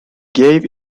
gave